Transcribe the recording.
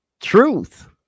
Truth